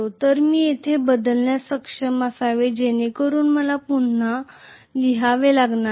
तर मी येथे बदलण्यास सक्षम असावे जेणेकरुन मला ते पुन्हा लिहावे लागणार नाही